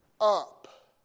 up